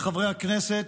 הכנסת,